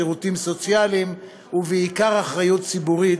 שירותים סוציאליים ובעיקר אחריות ציבורית,